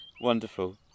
Wonderful